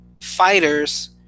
fighters